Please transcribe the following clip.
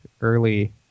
early